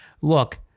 Look